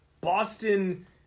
Boston